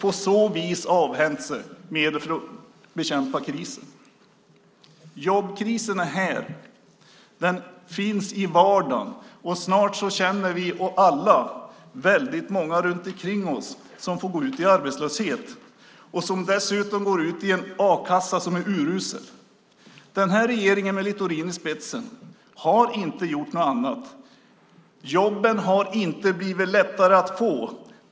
På så vis har man avhänt sig medel för att bekämpa krisen. Jobbkrisen är här. Den finns i vardagen. Snart känner vi alla väldigt många runtikring oss som får gå ut i arbetslöshet. De går dessutom ut i en a-kassa som är urusel. Den här regeringen med Littorin i spetsen har inte gjort något annat. Jobben har inte blivit lättare att få.